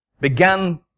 began